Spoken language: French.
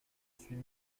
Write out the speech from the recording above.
suis